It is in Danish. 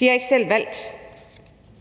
De har ikke selv valgt